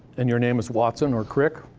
and your name is watson or crick,